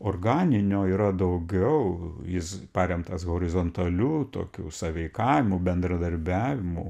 organinio yra daugiau jis paremtas horizontaliu tokiu sąveikavimu bendradarbiavimu